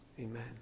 Amen